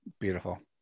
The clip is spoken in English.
Beautiful